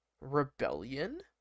rebellion